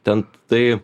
ten tai